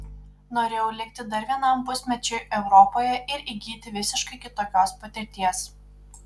norėjau likti dar vienam pusmečiui europoje ir įgyti visiškai kitokios patirties